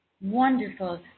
wonderful